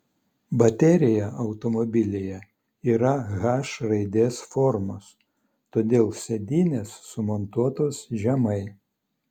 baterija automobilyje yra h raidės formos todėl sėdynės sumontuotos žemai